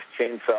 Chainsaw